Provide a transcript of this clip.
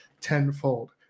tenfold